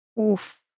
Oof